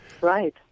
right